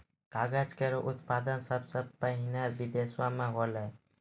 कागज केरो उत्पादन सबसें पहिने बिदेस म होलै